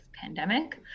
pandemic